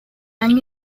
año